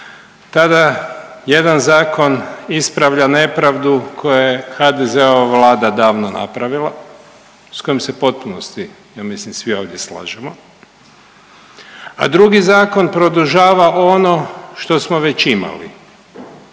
tada jedan zakon ispravlja nepravdu koju je HDZ-ova vlada davno napravila s kojom se u potpunosti ja mislim svi ovdje slažemo, a drugi zakon produžava ono što smo već imali